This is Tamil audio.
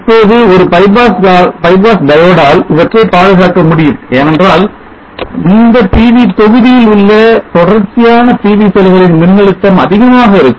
இப்போது ஒரு bypass diode ஆல் இவற்றை பாதுகாக்க முடியும் ஏனென்றால் இந்த PV தொகுதியிலுள்ள தொடர்ச்சியான PV செல்களின் மின்னழுத்தம் அதிகமாக இருக்கும்